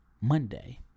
Monday